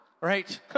Right